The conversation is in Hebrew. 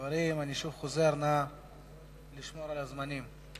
חברים, אני שוב חוזר, נא לשמור על הזמנים.